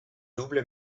double